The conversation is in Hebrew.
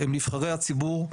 הם נבחרי הציבור,